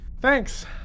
Thanks